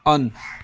on